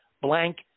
blank